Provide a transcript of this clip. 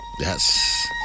Yes